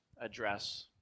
address